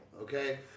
okay